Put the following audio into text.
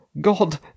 God